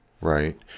right